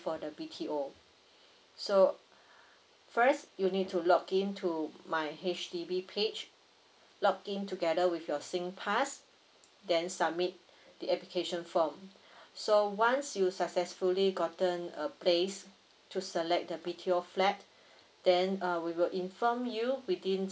for the B_T_O so first you need to log in to my H_D_B page log in together with your singpass then submit the application form so once you successfully gotten a place to select the B_T_O flat then uh we will inform you within